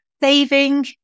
saving